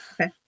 Okay